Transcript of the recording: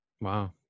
Wow